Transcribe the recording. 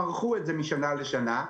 מרחו את זה משנה לשנה.